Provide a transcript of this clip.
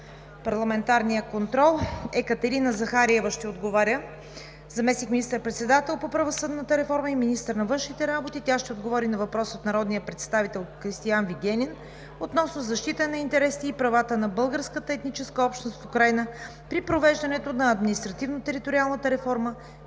раздам малко по-късно. Екатерина Захариева – заместник министър-председател по правосъдната реформа и министър на външните работи, ще отговори на въпрос от народния представител Кристиан Вигенин относно защитата на интересите и правата на българската етническа общност в Украйна при провеждането на административно-териториалната реформа